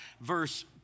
verse